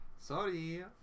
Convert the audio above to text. Sorry